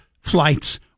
flights